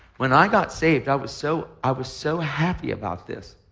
when i got saved, i was so i was so happy about this,